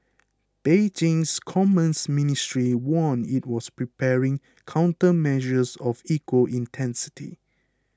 Beijing's commerce ministry warned it was preparing countermeasures of equal intensity